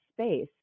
space